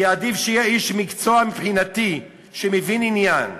כי עדיף שיהיה איש מקצוע, מבחינתי, שמבין עניין.